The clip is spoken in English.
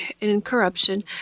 incorruption